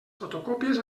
fotocòpies